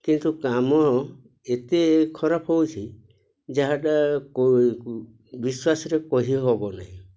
କିନ୍ତୁ କାମ ଏତେ ଖରାପ ହଉଛି ଯାହାଟା ବିଶ୍ୱାସରେ କହି ହେବ ନାହିଁ